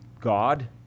God